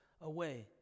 away